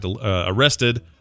arrested